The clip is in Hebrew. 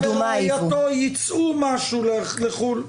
ראש הממשלה ורעייתו ייצאו משהו לחו"ל.